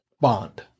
Bond